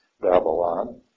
Babylon